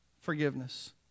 forgiveness